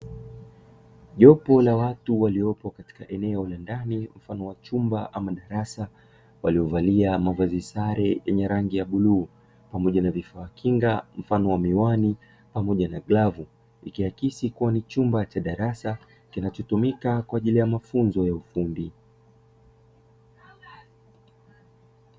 Jopo la watu waliopo katika eneo la ndani mfano chumba ama darasa, waliovalia mavazi sare yenye rangi ya bluu pamoja na vifaa kinga mfano wa miwani, pamoja na glavu ikiakisi kuwa ni chumba cha darasa kinachotumika kwa ajili ya mafunzo ya ufundi.